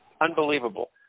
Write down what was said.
Unbelievable